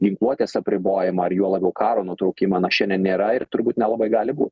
ginkluotės apribojimą ar juo labiau karo nutraukimą na šiandien nėra ir turbūt nelabai gali būt